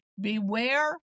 beware